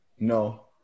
no